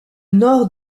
nord